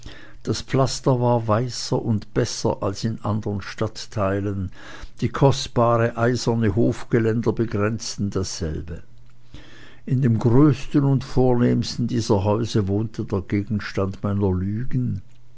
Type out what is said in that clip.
das pflaster war weißer und besser als in anderen stadtteilen und kostbare eiserne hofgeländer begrenzten dasselbe in dem größten und vornehmsten dieser häuser wohnte der gegenstand meiner lügen